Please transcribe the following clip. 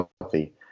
healthy